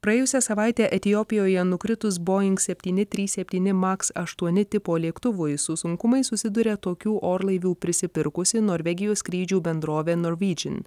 praėjusią savaitę etiopijoje nukritus boing septyni trys septyni maks aštuoni tipo lėktuvui su sunkumais susiduria tokių orlaivių prisipirkusi norvegijos skrydžių bendrovė norvydžin